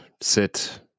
sit